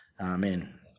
Amen